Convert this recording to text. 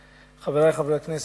חברי חברי הכנסת,